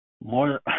more